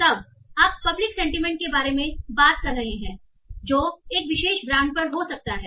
तब आप public sentiment के बारे में बात कर सकते हैं कि जो एक विशेष ब्रांड पर हो सकता है